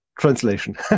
translation